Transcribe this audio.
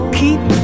keep